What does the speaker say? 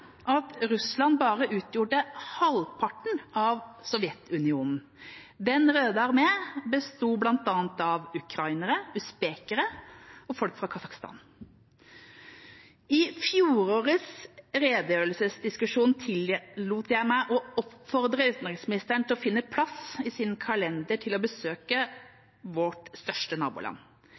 at Russland bare utgjorde halvparten av Sovjetunionen – Den røde armé besto av bl.a. ukrainere, usbekere og folk fra Kasakhstan. I fjorårets redegjørelsesdebatt tillot jeg meg å oppfordre utenriksministeren til å finne plass i sin kalender til å besøke vårt største naboland.